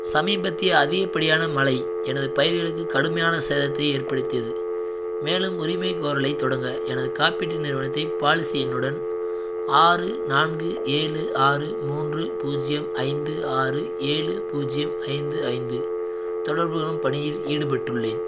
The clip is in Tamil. சமீபத்திய அதிகப்படியான மழை எனது பயிர்களுக்கு கடுமையான சேதத்தை ஏற்படுத்தியது மேலும் உரிமைகோரலைத் தொடங்க எனது காப்பீட்டு நிறுவனத்தை பாலிசி எண்ணுடன் ஆறு நான்கு ஏழு ஆறு மூன்று பூஜ்ஜியம் ஐந்து ஆறு ஏழு பூஜ்ஜியம் ஐந்து ஐந்து தொடர்பு கொள்ளும் பணியில் ஈடுபட்டுள்ளேன்